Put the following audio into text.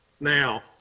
Now